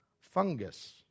fungus